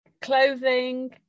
clothing